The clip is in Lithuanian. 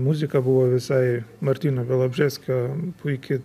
muzika buvo visai martyno bialobžeskio puiki